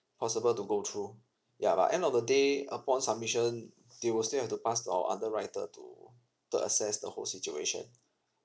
possible to go through ya but end of the day upon submission they will still have to pass to our underwriter to to assess the whole situation